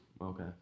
Okay